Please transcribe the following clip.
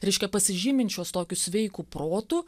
reiškia pasižyminčios tokiu sveiku protu